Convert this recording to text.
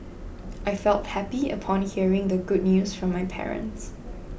I felt happy upon hearing the good news from my parents